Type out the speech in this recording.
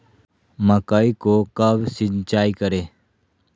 मकई को कब सिंचाई करे?